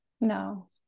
No